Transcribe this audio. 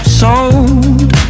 sold